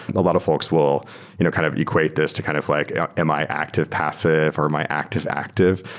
a lot of folks will you know kind of equate this to kind of like am i active-passive, or am i active-active?